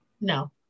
no